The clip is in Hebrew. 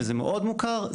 וזה מאוד מוכר,